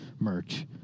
merch